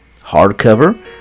hardcover